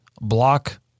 block